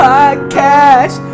Podcast